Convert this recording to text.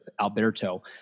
alberto